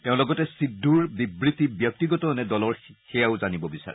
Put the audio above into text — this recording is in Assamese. তেওঁ লগতে শ্ৰীসিদ্ধুৰ বিবৃতি ব্যক্তিগত নে দলৰ সেয়াও জানিব বিচাৰে